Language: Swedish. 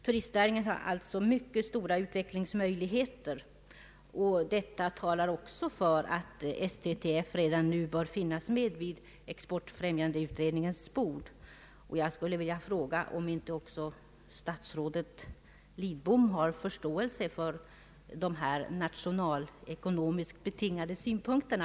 Turistnäringen har alltså mycket stora utvecklingsmöjligheter, och detta talar också för att STTF redan nu bör finnas med vid exportfrämjandeutredningens bord. Har inte också statsrådet Lidbom förståelse för de här nationalekonomiskt betingade synpunkterna?